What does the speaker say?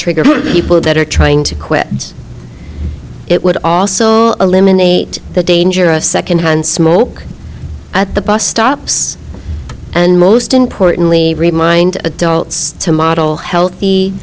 trigger people that are trying to quit it would also eliminate the danger of second hand smoke at the bus stops and most importantly remind adults to model healthy